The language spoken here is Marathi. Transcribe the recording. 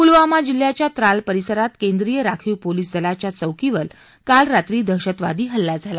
पुलवामा जिल्ह्याच्या त्राल परिसरात केंद्रीय राखीव पोलीस दलाच्या चौकीवर काल रात्री दहशतवादी हल्ला झाला